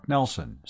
Nelson